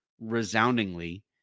resoundingly